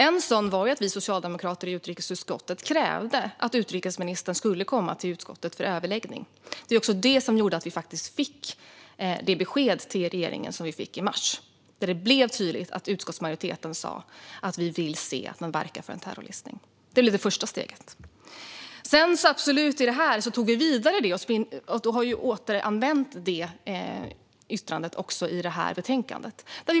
En sådan var att vi socialdemokrater i utrikesutskottet krävde att utrikesministern skulle komma till utskottet för överläggning. Det var också det som gjorde att vi faktiskt fick framföra det besked till regeringen som kom i mars. Där blev det tydligt att utskottsmajoriteten sa att man verkar för en terrorlistning, och det är det första steget. Yttrandet har nu återanvänts i betänkandet.